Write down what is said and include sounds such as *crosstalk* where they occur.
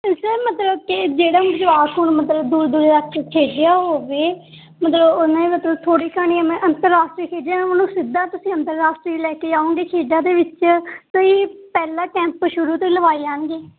ਅਤੇ ਸਰ ਮਤਲਬ ਕਿ ਜਿਹੜਾ ਹੁਣ ਜਵਾਕ ਹੁਣ ਮਤਲਬ ਦੂਰ ਦੂਰ *unintelligible* ਖੇਡਿਆ ਹੋਵੇ ਮਤਲਬ ਉਹਨੇ ਮਤਲਬ ਥੋੜ੍ਹੇ ਘਣੇ ਮੈਂ ਅੰਤਰ ਰਾਸ਼ਟਰੀ ਖੇਡਿਆ ਹੁਣ ਸਿੱਧਾ ਤੁਸੀਂ ਅੰਤਰ ਰਾਸ਼ਟਰੀ ਲੈ ਕੇ ਆਓਗੇ ਖੇਡਾਂ ਦੇ ਵਿੱਚ ਕਿ ਜੀ ਪਹਿਲਾਂ ਕੈਂਪ ਸ਼ੁਰੂ ਤੋਂ ੜ੍ਹੇ ਲਗਵਾਏ ਜਾਣਗੇ